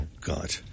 God